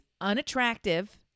unattractive